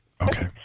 Okay